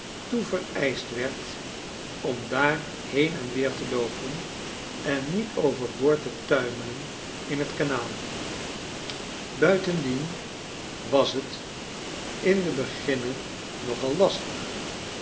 toe vereischt werd om daar heen en weer te loopen en niet over boord te tuimelen in t kanaal buitendien was tin den beginne nogal lastig